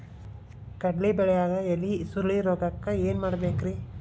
ಕಡ್ಲಿ ಬೆಳಿಯಾಗ ಎಲಿ ಸುರುಳಿರೋಗಕ್ಕ ಏನ್ ಮಾಡಬೇಕ್ರಿ?